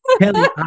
Kelly